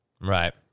Right